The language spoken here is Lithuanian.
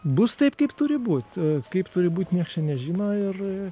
bus taip kaip turi būt kaip turi būt niek čia nežino ir